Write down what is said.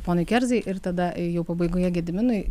ponui kerzai ir tada jau pabaigoje gediminui